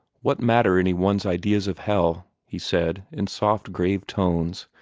what matter anyone's ideas of hell, he said, in soft, grave tones,